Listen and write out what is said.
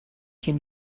can